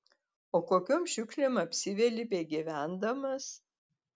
o kokiom šiukšlėm apsiveli begyvendamas